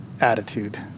attitude